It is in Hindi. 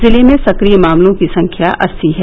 जिले में सक्रिय मामलों की संख्या अस्सी है